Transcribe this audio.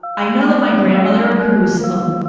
i know that my grandmother, who was a,